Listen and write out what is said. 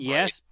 Yes